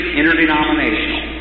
interdenominational